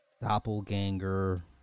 doppelganger